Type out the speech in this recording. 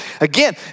again